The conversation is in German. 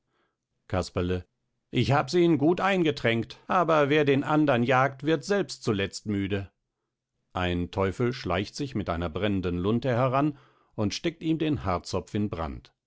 casperle ich habs ihnen gut eingetränkt aber wer den andern jagt wird selbst zuletzt müde ein teufel schleicht sich mit einer brennenden lunte heran und steckt ihm den haarzopf in brand